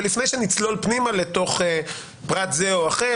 ולפני שנצלול פנימה לתוך פרט זה או אחר,